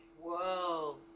Whoa